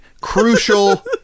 crucial